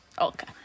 Okay